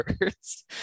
words